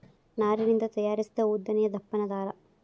ನಾರಿನಿಂದ ತಯಾರಿಸಿದ ಉದ್ದನೆಯ ದಪ್ಪನ ದಾರಾ